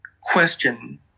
question